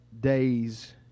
days